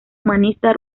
humanista